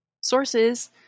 sources